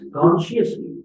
consciously